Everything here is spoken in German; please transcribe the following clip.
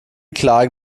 klagen